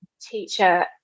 teacher